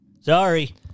Sorry